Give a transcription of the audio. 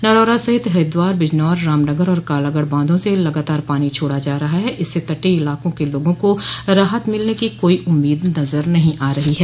नरौरा सहित हरिद्वार बिजनौर रामनगर और कालागढ़ बांधों से लगातार पानी छोड़ा जा रहा है इससे तटीय इलाको के लोगों को राहत मिलने की कोई उम्मीद नज़र नहीं आ रही है